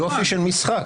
יופי של משחק.